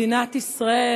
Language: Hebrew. מדינת ישראל,